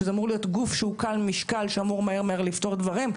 שזה אמור להיות גוף שהוא קל משקל שאמור מהר לפתור דברים.